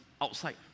outside